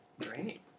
Great